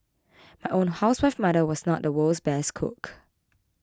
my own housewife mother was not the world's best cook